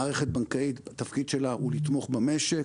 התפקיד של מערכת בנקאית הוא לתמוך במשק,